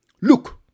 Look